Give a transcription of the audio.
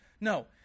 No